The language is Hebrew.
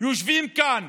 יושבים כאן,